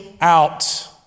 out